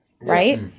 Right